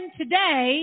today